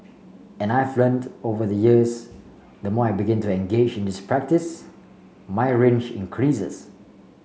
and I've learnt over the years the more I begin to engage in this practice my range increases